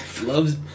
Loves